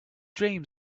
dream